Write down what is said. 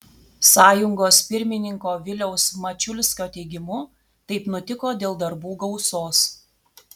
sąjungos pirmininko viliaus mačiulskio teigimu taip nutiko dėl darbų gausos